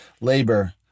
labor